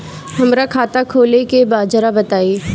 हमरा खाता खोले के बा जरा बताई